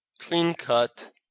clean-cut